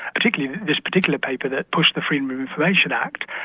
particularly this particular paper that pushed the freedom of information act,